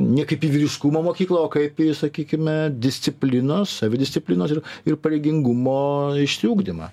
ne kaip į vyriškumo mokykla o kaip į sakykime disciplinos savidisciplinos ir ir pareigingumo išsiugdymą